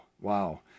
Wow